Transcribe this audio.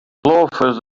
loafers